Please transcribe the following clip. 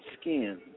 skin